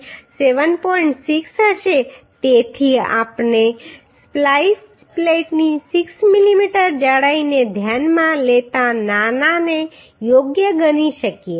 6 હશે તેથી આપણે સ્પ્લાઈસ પ્લેટની 6 મીમી જાડાઈને ધ્યાનમાં લેતા નાનાને યોગ્ય ગણી શકીએ